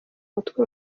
mutwe